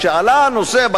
כשעלה הנושא,